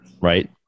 right